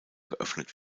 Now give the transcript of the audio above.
geöffnet